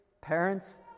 Parents